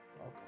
okay